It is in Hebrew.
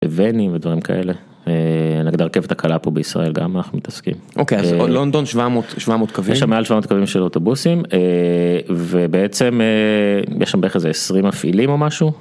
וונים ודברים כאלה, נגד הרכבת הקהלה פה בישראל, גם אנחנו מתעסקים. אוקיי, אז לונדון 700 קווים? יש שם מעל 700 קווים של אוטובוסים, ובעצם יש שם בערך איזה 20 מפעילים או משהו.